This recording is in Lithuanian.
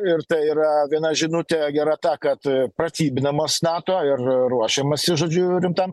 ir tai yra viena žinutė gera ta kad pratybinamas nato ir ruošiamasi žodžiu rimtam